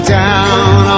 down